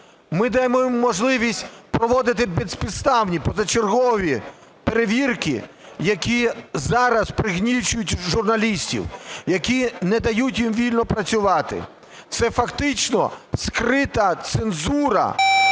Ми даємо їм можливість проводити безпідставні позачергові перевірки, які зараз пригнічують журналістів, які не дають їм вільно працювати. Це фактично скрита цензура